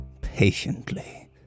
Patiently